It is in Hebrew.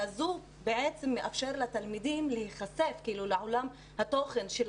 הוא בעצם מאפשר לתלמידים להיחשף לעולם התוכן של